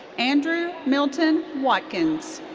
andrew milton watkins.